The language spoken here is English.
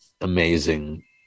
amazing